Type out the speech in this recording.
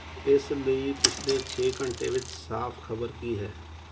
ਇਸ ਲਈ ਪਿਛਲੇ ਛੇ ਘੰਟੇ ਵਿੱਚ ਸਾਫ਼ ਖ਼ਬਰ ਕੀ ਹੈ